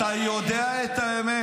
אתה יודע את האמת.